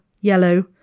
yellow